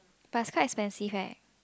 but it's quite expensive eh